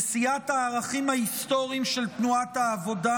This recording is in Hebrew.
נשיאת הערכים ההיסטוריים של תנועת העבודה